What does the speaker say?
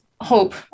hope